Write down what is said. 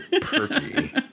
perky